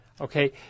Okay